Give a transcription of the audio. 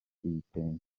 ibitenge